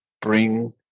bring